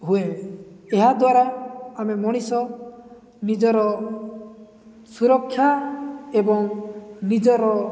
ହୁଏ ଏହାଦ୍ୱାରା ଆମେ ମଣିଷ ନିଜର ସୁରକ୍ଷା ଏବଂ ନିଜର